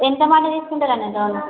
ఎంతమంది తీసుకుంటారండి లోన్